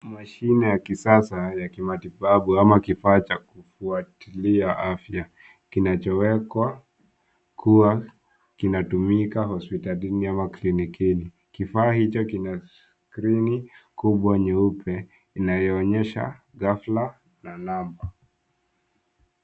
Mashine ya kisasa ya kimatibabu ama kifaa cha kufuatilia afya, kinachowekwa kuwa kinatumika hospitalini ama klinikini . Kifaa hicho kina skrini kubwa nyeupe inayoonyesha ghafla na namba.